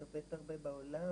אני מסתובבת הרבה בעולם,